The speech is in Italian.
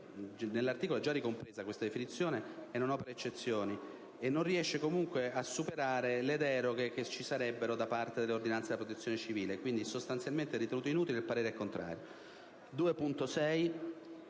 nell'articolo è già ricompresa questa definizione e non opera eccezioni e non riesce comunque a superare le deroghe che ci sarebbero da parte delle ordinanze della Protezione civile. Quindi sostanzialmente l'emendamento è ritenuto inutile ed il parere è contrario.